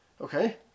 Okay